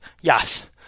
Yes